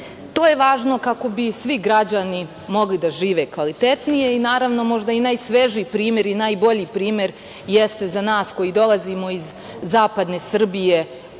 to je važno kako bi svi građani mogli da žive kvalitetnije, a možda najsvežiji i najbolji primer jeste za nas koji dolazimo iz zapadne Srbije